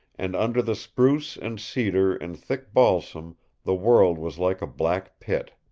and under the spruce and cedar and thick balsam the world was like a black pit.